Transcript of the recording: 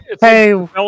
Hey